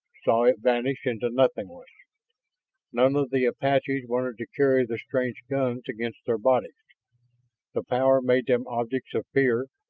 saw it vanish into nothingness. none of the apaches wanted to carry the strange guns against their bodies the power made them objects of fear,